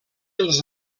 els